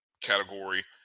category